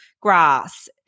grass